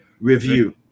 Review